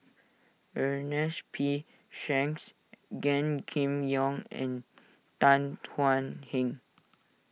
Ernest P Shanks Gan Kim Yong and Tan Thuan Heng